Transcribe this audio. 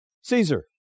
Caesar